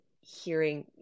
hearing